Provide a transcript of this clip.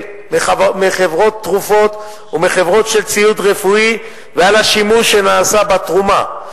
מחברות תרופות ומחברות של ציוד רפואי ועל השימוש שנעשה בתרומות.